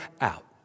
out